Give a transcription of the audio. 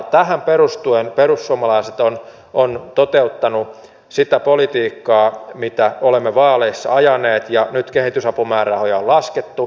tähän perustuen perussuomalaiset on toteuttanut sitä politiikkaa mitä olemme vaaleissa ajaneet ja nyt kehitysapumäärärahoja on laskettu